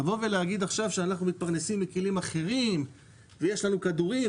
לבוא ולהגיד עכשיו שאנחנו מתפרנסים מכלים אחרים ויש לנו כדורים,